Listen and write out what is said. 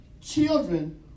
children